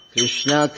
Krishna